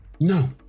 no